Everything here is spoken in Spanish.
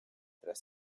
tras